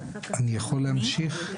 אני אתייחס.